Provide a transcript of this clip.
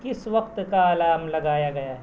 کس وقت کا الارم لگایا گیا ہے